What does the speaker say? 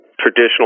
traditional